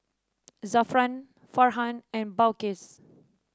Zafran Farhan and Balqis